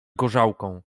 gorzałką